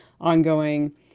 ongoing